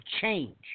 change